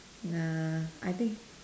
nah I think